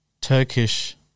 Turkish